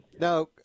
Now